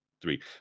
three